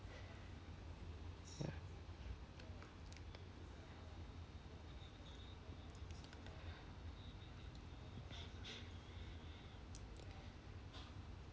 ya